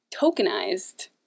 tokenized